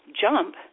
jump